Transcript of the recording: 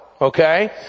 Okay